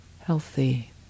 healthy